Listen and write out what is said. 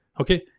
okay